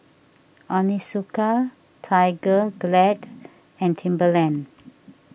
Onitsuka Tiger Glad and Timberland